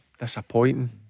disappointing